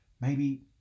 Maybe